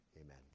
amen